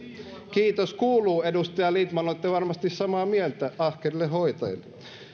kiitos kuuluu edustaja lindtman olette varmasti samaa mieltä ahkerille hoitajille